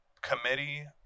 committee